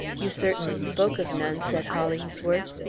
you certainly spoke of none, said hollingsworth.